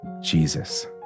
Jesus